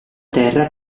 terra